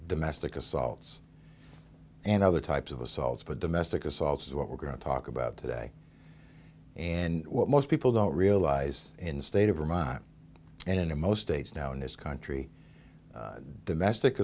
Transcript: domestic assaults and other types of assaults but domestic assaults is what we're going to talk about today and what most people don't realize in the state of vermont and in most days now in this country domestic